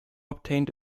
obtained